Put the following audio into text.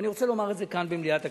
ואני רוצה לומר את זה כאן במליאת הכנסת.